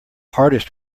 hardest